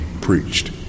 preached